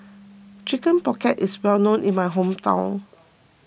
Chicken Pocket is well known in my hometown